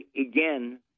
again